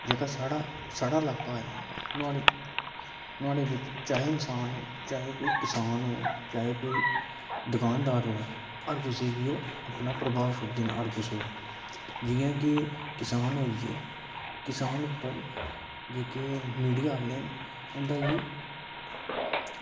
जेह्का साढ़ा साढ़ा ल्काहा ऐ नुहाड़ी चाहे इन्सान चाहे कोई किसान होग चाहे कोई दुकानदार होऐ हर कुसैगी ओह् अपना प्रभाव छुड़दे न हर कुसै पर ओह् जियां की किसान होई गे किसान जेह्के मीडिया आह्ले न उंदा इयै